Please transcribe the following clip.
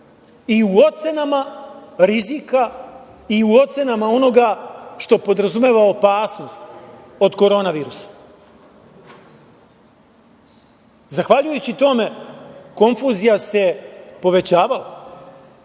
i u ocenama rizika i u ocenama onoga što podrazumeva opasnost od Koronavirusa. Zahvaljujući tome, konfuzija se povećavala.